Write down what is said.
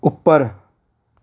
ਉੱਪਰ